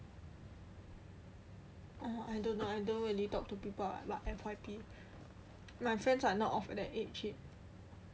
oh I don't know I don't really talk to people about F_Y_P my friends are not of that age yet